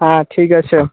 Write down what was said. হ্যাঁ ঠিক আছে